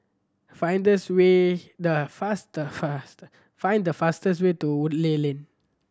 find this way the fast fast find the fastest way to Woodleigh Lane